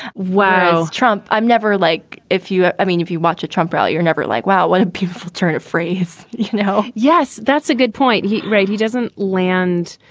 wow. trump i'm never like if you i mean, if you watch a trump rally, you're never like, wow, what a beautiful turn of phrase. you know? yes, that's a good point. heat. he doesn't land.